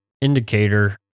indicator